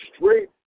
straight